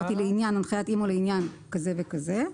הנחיית אימ"ו לעניין כזה וכזה.